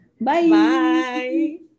Bye